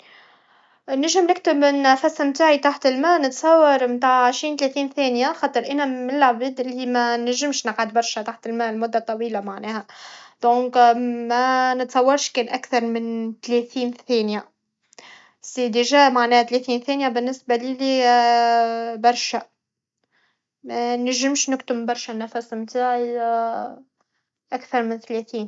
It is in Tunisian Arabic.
نجم نكتم النفس نتاعي تحت لما نتصور متاع عشرين ثلاثين ثانيه خاطر انا من لعباد لي منجمش نقعد برشا تحت لما لمده طويله معناها دونك ما نتصورش كان اكثر من ثلاثين ثانيه سي ديجا معناه ثلاثين ثانيه بالنسبه لي برشا منجمش نكتم النفس برشا النفس نتاعي اكثر من ثلاثين